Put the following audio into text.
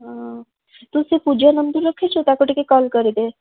ହଁ ତୁ ସେ ପୂଜା ନମ୍ବର ରଖିଛୁ ତାକୁ ଟିକେ କଲ୍ କରିଦେ